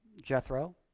Jethro